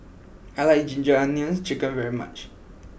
I like Ginger Onions Chicken very much